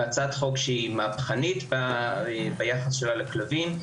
בהצעת חוק שהיא מהפכנית ביחס שלה לכלבים,